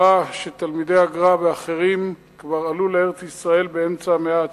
שתלמידי הגר"א ואחרים כבר עלו לארץ-ישראל לקראת אמצע המאה ה-19,